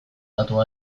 datu